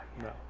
No